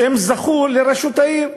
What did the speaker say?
שזכה בראשות העיר.